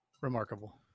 Remarkable